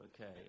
Okay